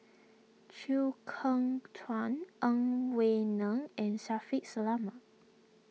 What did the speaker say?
Chew Kheng Chuan Ang Wei Neng and Shaffiq Selamat